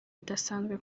idasanzwe